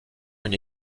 une